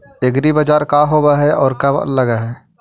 एग्रीबाजार का होब हइ और कब लग है?